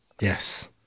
Yes